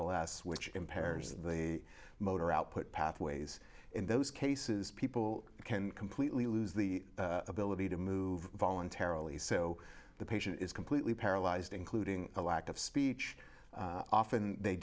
last which impairs the motor outputs math ways in those cases people can completely lose the ability to move voluntarily so the patient is completely paralyzed including lack of speech often they